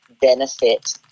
benefit